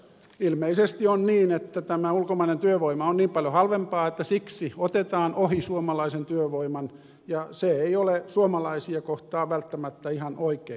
ilmeisesti on niin että tämä ulkomainen työvoima on niin paljon halvempaa että siksi otetaan ohi suomalaisen työvoiman ja se ei ole suomalaisia kohtaan välttämättä ihan oikein